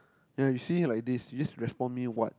ya you see like this you just respond me what